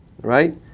right